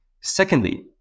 Secondly